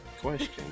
question